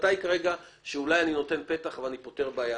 במידה ואמרתם שנפסל או אושר בשישה חודשים,